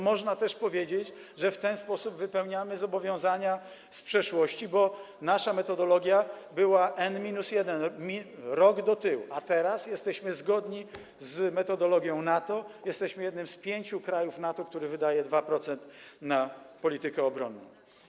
Można też powiedzieć, że w ten sposób wypełniamy zobowiązania z przeszłości, bo nasza metodologia była n-1, rok do tyłu, a teraz jesteśmy zgodni z metodologią NATO, jesteśmy jednym z 5 krajów NATO, który wydaje 2% na politykę obronną.